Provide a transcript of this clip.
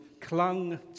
clung